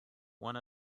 one